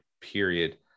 period